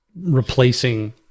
replacing